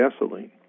gasoline